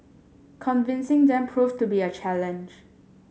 convincing them proved to be a challenge